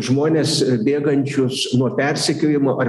žmones bėgančius nuo persekiojimo ar